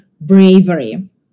bravery